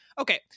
Okay